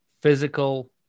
physical